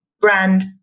brand